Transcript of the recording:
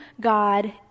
God